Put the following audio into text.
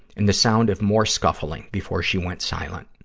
and the sound of more scuffling before she went silent.